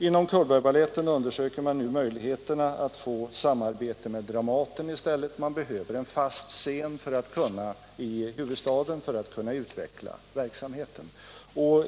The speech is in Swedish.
Inom Cullbergbaletten undersöker man nu möjligheterna att få till stånd ett samarbete med Dramaten i stället, eftersom baletten behöver en fast scen i huvudstaden för att kunna utveckla verksamheten.